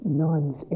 nuns